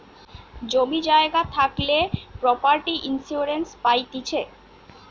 জমি জায়গা থাকলে প্রপার্টি ইন্সুরেন্স পাইতিছে